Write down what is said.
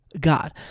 God